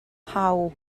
how